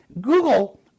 google